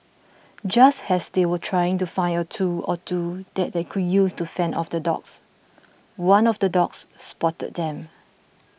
just as they were trying to find a tool or two that they could use to fend off the dogs one of the dogs spotted them